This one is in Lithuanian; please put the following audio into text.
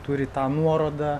turi tą nuorodą